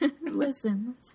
listen